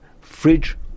fridge